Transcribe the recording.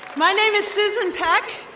my name is susan peck,